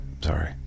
Sorry